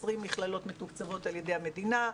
20 מכללות מתוקצבות על ידי המדינה,